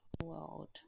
World